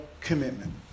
commitment